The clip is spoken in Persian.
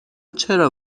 چرا